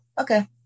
Okay